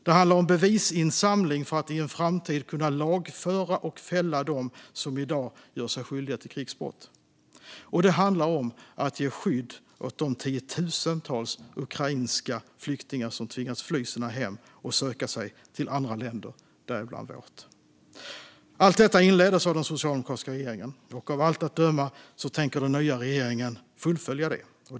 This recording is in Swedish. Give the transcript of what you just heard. Det handlar om bevisinsamling för att i en framtid kunna lagföra och fälla dem som i dag gör sig skyldiga till krigsbrott. Det handlar om att ge skydd åt de tiotusentals ukrainska flyktingar som tvingats fly sina hem och söka sig till andra länder, däribland vårt. Allt detta inleddes av den socialdemokratiska regeringen, och av allt att döma tänker den nya regeringen fullfölja detta.